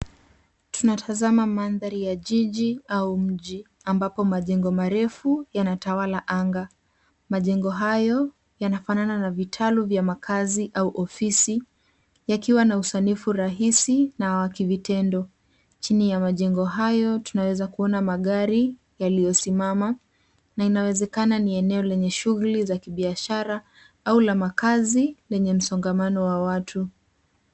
Tunatazama mandhari ya jiji au mji ambapo majengo marefu yanatawala anga. Majengo hayo yanafanana na vitalu vya makazi au ofisi. Chini ya majengo hayo tunaweza kuona magari yaliyosimama na inawezekana ni eneo la shughuli za kibiashara au msongamano wa watu.